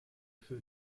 für